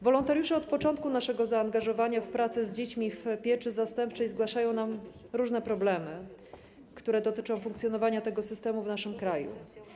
Wolontariusze od początku naszego zaangażowania się w pracę z dziećmi w pieczy zastępczej zgłaszają nam różne problemy, które dotyczą funkcjonowania tego systemu w naszym kraju.